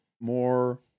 more